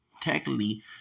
technically